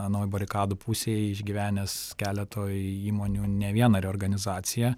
anoj barikadų pusėj išgyvenęs keletoj įmonių ne vieną reorganizaciją